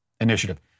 initiative